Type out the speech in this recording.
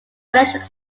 electric